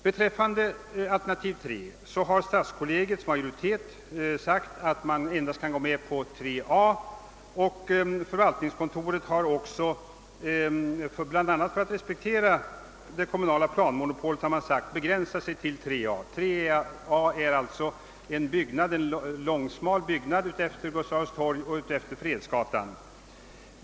Beträffande alternativ 3 har stadskollegiets majoritet sagt sig endast kunna gå med på alternativ 3 a, och förvaltningskontoret har också — bl.a. för att respektera det kommunala planmonopolet — begränsat sig till alternativ 3 a, vilket innebär uppförande av en långsmal byggnad vid Gustav Adolfs torg och utefter Fredsgatan.